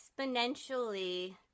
exponentially